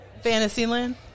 Fantasyland